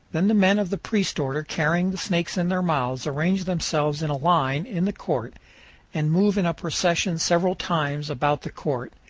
then the men of the priest order carrying the snakes in their mouths arrange themselves in a line in the court and move in a procession several times about the court,